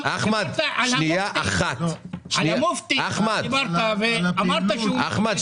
--- על המופתי דיברת --- אחמד,